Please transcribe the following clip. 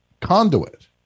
conduit